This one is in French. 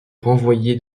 renvoyé